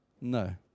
No